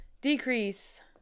decrease